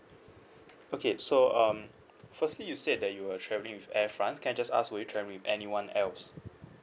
okay so um firstly you said that you were travelling with air france can I just ask were you travelling with anyone else